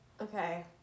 okay